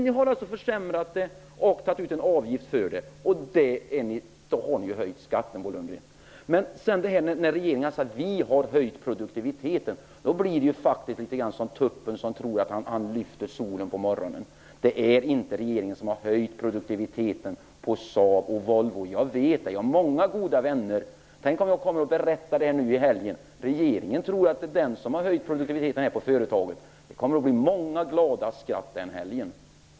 Ni har alltså försämrat den, och tagit ut en avgift för det. Då har ni höjt skatten, Bo Lundgren! Regeringen säger: Vi har höjt produktiviteten. Det är litet grand som tuppen som tror att han lyfter solen på morgonen. Det är inte regeringen som har höjt produktiviteten hos Saab och Volvo. Jag vet det. Jag har många goda vänner. Tänk om jag i helgen kom och berättade: Regeringen tror att det är den som har höjt produktiviteten här på företaget. Det kommer att bli många glada skratt den helgen!